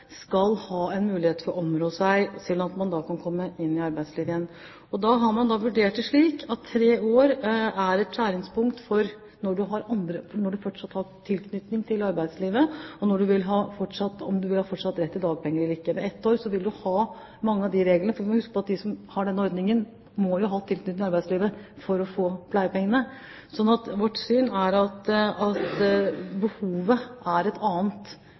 skal ha en mulighet for å områ seg for å kunne komme seg inn i arbeidslivet igjen. Man har vurdert det slik at tre år er et skjæringspunkt i forhold til tilknytning til arbeidslivet og om man fortsatt vil ha rett til dagpenger eller ikke. Ved ett år vil man ha mange av disse reglene. Vi må huske på at de som har denne ordningen må ha tilknytning til arbeidslivet for å få pleiepengene. Så vårt syn er at behovet er et annet